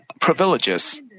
privileges